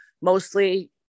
mostly